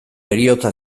heriotza